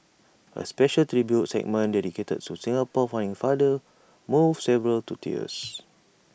A special tribute segment dedicated to Singapore's founding father moved several to tears